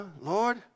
Lord